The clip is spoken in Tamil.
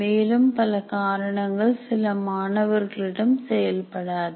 மேலும் பல காரணங்கள் சில மாணவர்களிடம் செயல்படாது